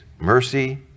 Mercy